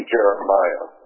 Jeremiah